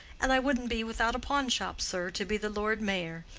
and i wouldn't be without a pawn-shop, sir, to be the lord mayor.